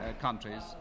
countries